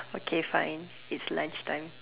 okay fine it's lunch time